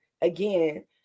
again